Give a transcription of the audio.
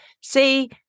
see